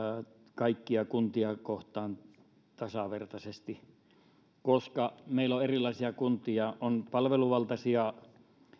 kaikkia kuntia kohtaan tasavertaisesti koska meillä on erilaisia kuntia on palveluvaltaisia